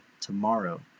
tomorrow